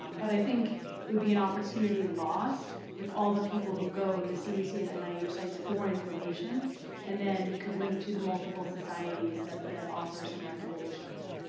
um but i think it would be an opportunity lost with all the people who go to cdc and and nih sites for information and then you could link to the multiple societies that that offer some recommendations.